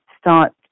start